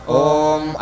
om